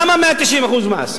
למה 190% מס?